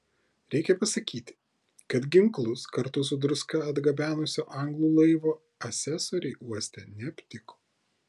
reikia pasakyti kad ginklus kartu su druska atgabenusio anglų laivo asesoriai uoste neaptiko